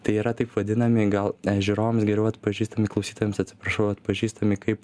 tai yra taip vadinami gal žiūrovams geriau atpažįstami klausytojams atsiprašau atpažįstami kaip